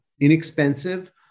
inexpensive